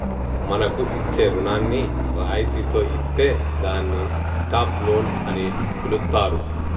మనకు ఇచ్చే రుణాన్ని రాయితితో ఇత్తే దాన్ని స్టాప్ లోన్ అని పిలుత్తారు